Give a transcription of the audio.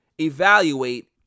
evaluate